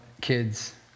kids